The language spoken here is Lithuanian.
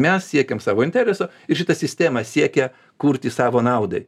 mes siekiam savo intereso ir šita sistema siekia kurti savo naudai